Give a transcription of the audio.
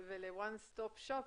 ול-one stop shop,